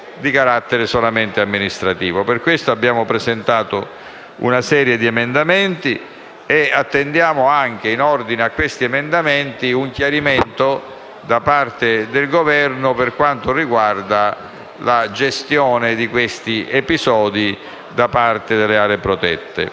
Per questo motivo abbiamo presentato una serie di emendamenti e, in ordine a questi, attendiamo un chiarimento del Governo per quanto riguarda la gestione di questi episodi da parte delle aree protette.